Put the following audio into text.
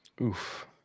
Oof